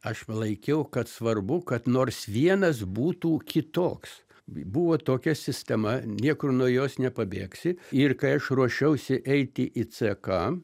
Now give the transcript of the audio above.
aš palaikiau kad svarbu kad nors vienas būtų kitoks buvo tokia sistema niekur nuo jos nepabėgsi ir kai aš ruošiausi eiti į ck